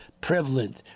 prevalent